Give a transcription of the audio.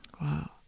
Wow